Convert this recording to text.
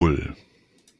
nan